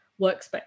workspace